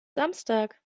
samstag